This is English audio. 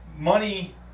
Money